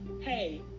hey